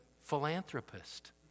philanthropist